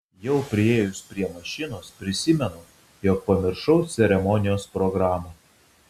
jau priėjus prie mašinos prisimenu jog pamiršau ceremonijos programą